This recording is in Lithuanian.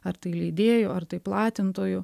ar tai leidėjų ar tai platintojų